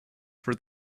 for